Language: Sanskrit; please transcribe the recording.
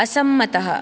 असम्मतः